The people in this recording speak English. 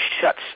shuts